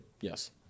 Yes